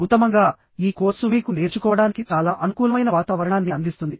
ఉత్తమంగా ఈ కోర్సు మీకు నేర్చుకోవడానికి చాలా అనుకూలమైన వాతావరణాన్ని అందిస్తుంది